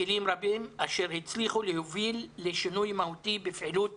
וכלים רבים אשר הצליחו להוביל לשינוי מהותי בפעילות